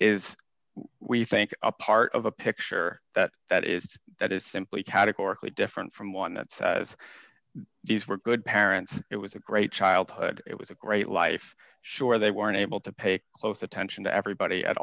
is we think a part of a picture that that is that is simply categorically different from one that's these were good parents it was a great childhood it was a great life sure they were unable to pay close attention to everybody at